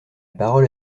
parole